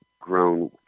grown